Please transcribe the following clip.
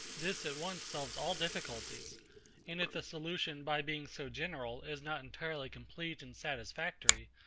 this at once solves all difficulties and if the solution, by being so general, is not entirely complete and satisfactory,